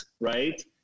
right